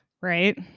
right